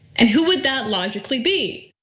and who would that logically be?